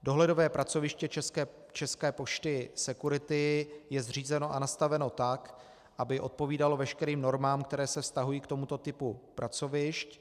Dohledové pracoviště České pošty Security je zřízeno a nastaveno tak, aby odpovídalo veškerým normám, které se vztahují k tomuto typu pracovišť.